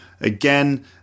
again